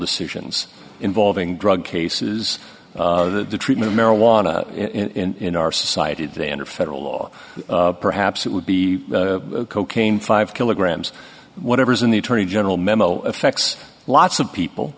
decisions involving drug cases that the treatment marijuana in our society the under federal law perhaps it would be cocaine five kilograms whatever is in the attorney general memo effects lots of people